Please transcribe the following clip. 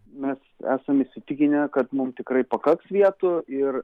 mes esam įsitikinę kad mum tikrai pakaks vietų ir